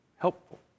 helpful